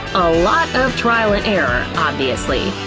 a lot of trial and error, obviously!